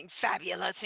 fabulous